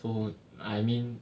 so I mean